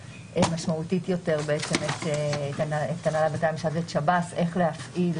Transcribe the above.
משמעותית יותר בעצם את הנהלת בתי המשפט ואת שב"ס איך להפעיל